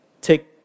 take